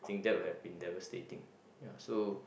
think that would have been devastating ya so